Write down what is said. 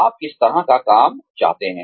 आप किस तरह का काम करना चाहते हैं